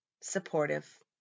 supportive